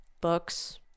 books